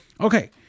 Okay